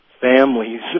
families